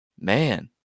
Man